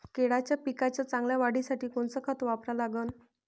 केळाच्या पिकाच्या चांगल्या वाढीसाठी कोनचं खत वापरा लागन?